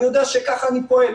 אני יודע שכך אני פועל.